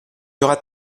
aura